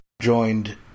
joined